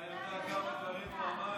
אתה רוצה, אתה יודע כמה דברים הוא אמר?